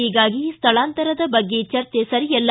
ಹೀಗಾಗಿ ಸ್ಥಳಾಂತರ ಬಗ್ಗೆ ಚರ್ಚೆ ಸರಿಯಲ್ಲ